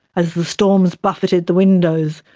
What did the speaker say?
as the storms buffeted the windows,